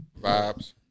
Vibes